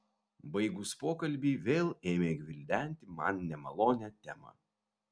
baigus pokalbį vėl ėmė gvildenti man nemalonią temą